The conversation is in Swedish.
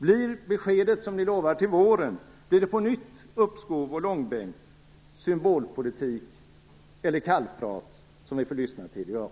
Blir det besked som ni lovar till våren på nytt uppskov och långbänk, symbolpolitik eller kallprat som vi får lyssna till i dag?